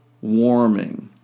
warming